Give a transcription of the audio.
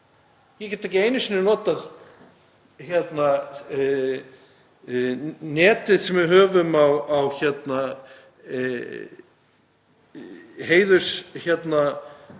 Ég get ekki einu sinni notað netið sem við höfum á heiðurskonsúlum